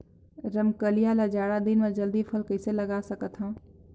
रमकलिया ल जाड़ा दिन म जल्दी फल कइसे लगा सकथव?